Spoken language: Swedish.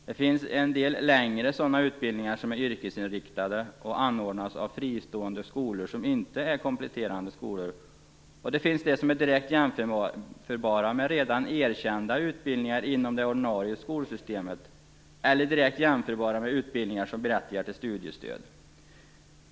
Det finns en del längre sådana utbildningar som är yrkesinriktade och anordnas av fristående skolor som inte är kompletterande skolor, och det finns utbildningar som är direkt jämförbara med redan erkända utbildningar inom det ordinarie skolsystemet eller direkt jämförbara med utbildningar som berättigar till studiestöd.